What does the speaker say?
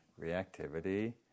reactivity